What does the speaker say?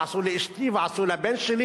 עשו לאשתי ועשו לבן שלי.